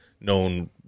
known